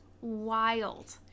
wild